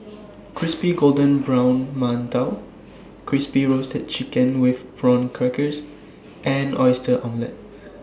Crispy Golden Brown mantou Crispy Roasted Chicken with Prawn Crackers and Oyster Omelette